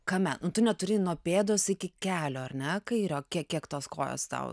kame tu neturi nuo pėdos iki kelio ar ne kairio kiek kiek tos kojos tau